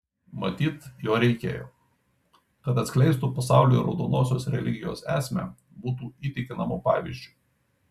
matyt jo reikėjo kad atskleistų pasauliui raudonosios religijos esmę būtų įtikinamu pavyzdžiu